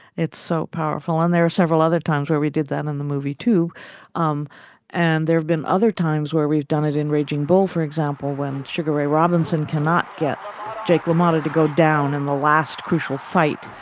it's so powerful. and there are several other times where we did that in the movie, too um and there have been other times where we've done it in raging bull, for example, when sugar ray robinson cannot get jake lamotta to go down in the last crucial fight.